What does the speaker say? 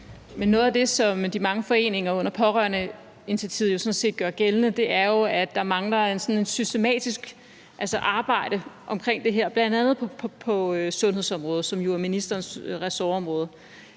Noget af det, som de mange foreninger under Pårørendeinitiativet jo sådan set gør gældende, er, at der mangler et systematisk arbejde omkringdet her, bl.a. på sundhedsområdet, som jo er ministerens ressortområde.